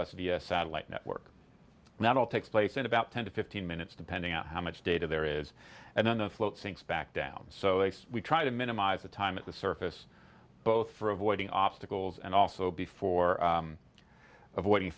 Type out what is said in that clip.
us via satellite network and that all takes place in about ten to fifteen minutes depending on how much data there is and then the float sinks back down so we try to minimize the time at the surface both for avoiding obstacles and also before avoiding